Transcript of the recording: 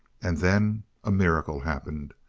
and then a miracle happened.